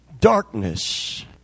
darkness